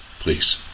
please